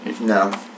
No